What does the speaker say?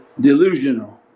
delusional